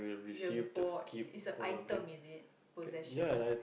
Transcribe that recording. you have bought it's an item is it possession